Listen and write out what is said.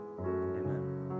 Amen